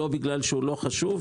לא בגלל שהוא לא חשוב,